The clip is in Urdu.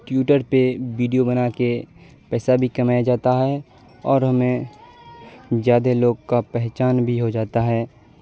ٹیوٹر پہ بیڈیو بنا کے پیسہ بھی کمایا جاتا ہے اور ہمیں زیادہ لوگ کا پہچان بھی ہو جاتا ہے